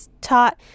taught